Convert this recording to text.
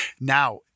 Now